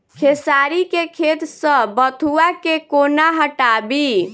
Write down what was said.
खेसारी केँ खेत सऽ बथुआ केँ कोना हटाबी